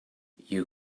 you